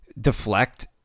deflect